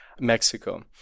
Mexico